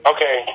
Okay